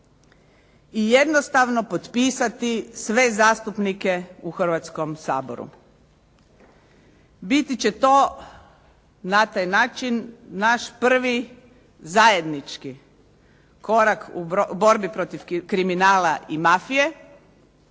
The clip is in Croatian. i jednostavno potpisati sve zastupnike u Hrvatskom saboru. Biti će to na taj način naš prvi zajednički korak u borbi protiv kriminala i mafije,